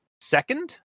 second